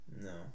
No